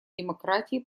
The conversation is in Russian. демократии